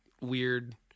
weird